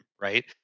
right